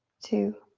two,